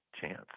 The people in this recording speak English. chance